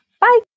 Bye